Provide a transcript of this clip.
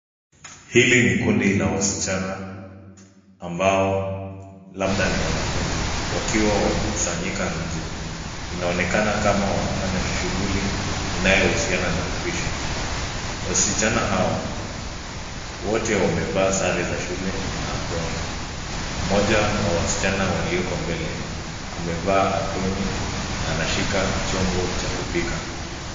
Hili ni kundi la wasichana ambao labda ni wanafunzi wakiwa wamekusanyika nje. Inaonekana kama wanafanya shughuli inayohusiana na upishi. Wasichana hawa, wote wamevaa sare za shule na aproni. Mmoja wa wasichana walioko mbele, amevaa aproni na anashika chombo cha kupika.